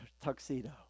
tuxedo